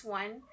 one